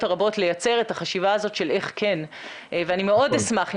הרבות לייצר את החשיבה הזאת של איך כן ואני מאוד אשמח אם